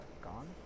gone